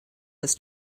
was